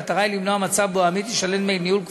המטרה היא למנוע מצב שבו העמית ישלם דמי ניהול כספים,